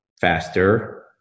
faster